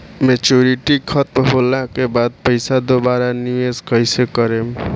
Maturity खतम होला के बाद पईसा दोबारा निवेश कइसे करेम?